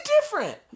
different